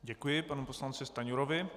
Děkuji panu poslanci Stanjurovi.